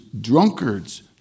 drunkards